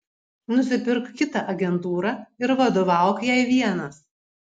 nusipirk kitą agentūrą ir vadovauk jai vienas